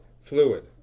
fluid